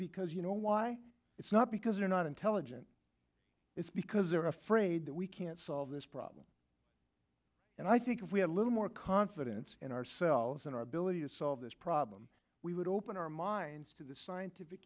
because you know why it's not because they're not intelligent it's because they're afraid that we can't solve this problem and i think if we had a little more confidence in ourselves and our ability to solve this problem we would open our minds to the scientific